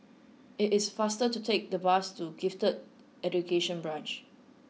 it is faster to take the bus to Gifted Education Branch